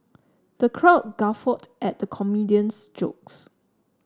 the crowd guffawed at the comedian's jokes